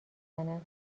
زند